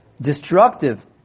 destructive